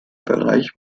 bereich